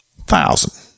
thousand